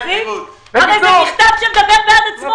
הרי זה מכתב שמדבר בעד עצמו.